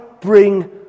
bring